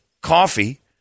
coffee